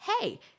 hey